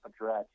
address